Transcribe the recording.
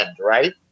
Right